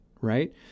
right